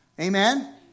Amen